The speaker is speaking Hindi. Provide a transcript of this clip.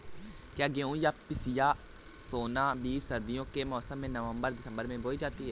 क्या गेहूँ या पिसिया सोना बीज सर्दियों के मौसम में नवम्बर दिसम्बर में बोई जाती है?